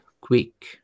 Quick